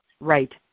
right